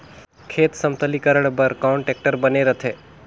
खेत समतलीकरण बर कौन टेक्टर बने रथे?